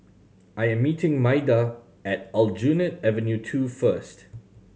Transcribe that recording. I am meeting Maida at Aljunied Avenue Two first